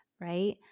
right